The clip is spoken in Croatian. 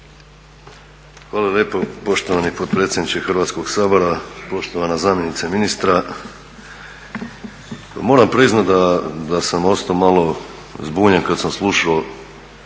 Hvala lijepo poštovani potpredsjedniče Hrvatskog sabora, poštovana zamjenice ministra. Moram priznati da sam ostao malo zbunjen kad sam slušao